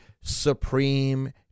Supreme